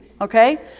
okay